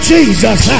Jesus